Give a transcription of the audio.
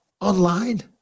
online